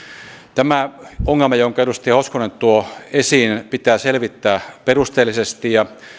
tämä ongelma jonka edustaja hoskonen tuo esiin pitää selvittää perusteellisesti ja